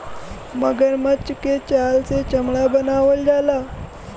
मगरमच्छ के छाल से चमड़ा बनावल जाला